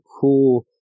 cool